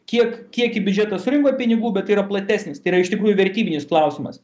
kiek kiek į biudžetą surinko pinigų bet yra platesnis tai yra iš tikrųjų vertybinis klausimas